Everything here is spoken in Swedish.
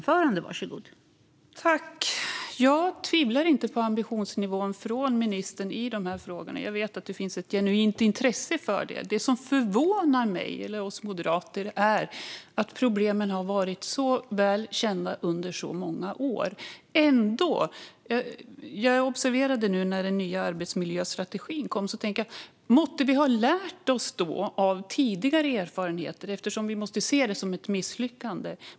Fru talman! Jag tvivlar inte på ambitionsnivån hos ministern i dessa frågor - jag vet att det finns ett genuint intresse för dem. Det som förvånar oss moderater är att problemen har varit väl kända under många år. Jag observerade när den nya arbetsmiljöstrategin kom och tänkte att måtte vi ha lärt oss av tidigare erfarenheter, eftersom vi måste se det som ett misslyckande.